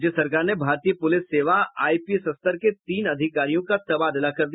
राज्य सरकार ने भारतीय पुलिस सेवा आईपीएस स्तर के तीन अधिकारियों का तबादला कर दिया